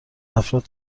افراد